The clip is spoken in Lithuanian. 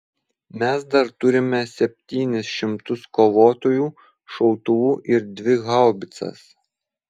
mes dar turime septynis šimtus kovotojų šautuvų ir dvi haubicas